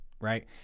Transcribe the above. Right